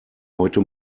heute